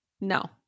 No